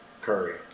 Curry